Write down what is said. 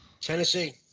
Tennessee